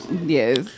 Yes